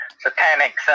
satanic